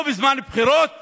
לא בזמן בחירות